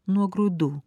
nuo grūdų